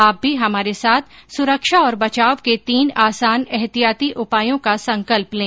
आप भी हमारे साथ सुरक्षा और बचाव के तीन आसान एहतियाती उपायों का संकल्प लें